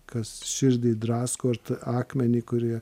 kas širdį drasko ir akmenį kurie